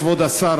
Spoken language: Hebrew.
כבוד השר,